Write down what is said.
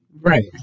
Right